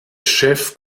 chef